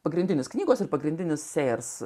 pagrindinis knygos ir pagrindinis sesers